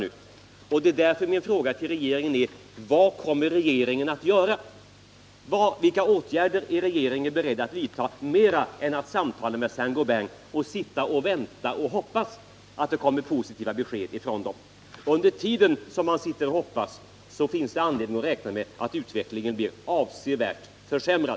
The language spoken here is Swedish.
Därför är min fråga till regeringen: Vilka åtgärder är regeringen beredd att vidta förutom samtalen med S:t Gobain? Det går inte att bara sitta och hoppas att det kommer positiva besked därifrån. Under den tid man sitter och hoppas finns det anledning räkna med att utvecklingen avsevärt försämras.